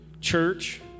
church